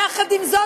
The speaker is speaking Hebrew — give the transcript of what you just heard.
יחד עם זאת,